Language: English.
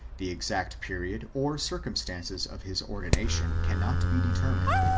the exact period or circumstances of his ordination cannot be deter mined.